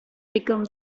become